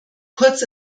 kurz